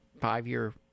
five-year